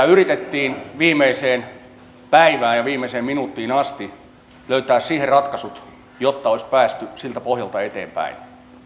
yritettiin viimeiseen päivään ja viimeiseen minuuttiin asti löytää siihen ratkaisut jotta olisi päästy siltä pohjalta eteenpäin